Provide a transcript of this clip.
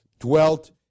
dwelt